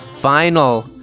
final